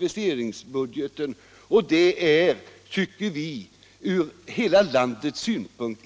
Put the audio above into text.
Vi tycker inte att detta är riktigt, sett från hela landets synpunkt.